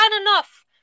enough